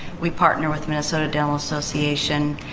we partner with minnesota dental association,